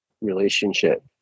relationship